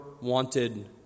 wanted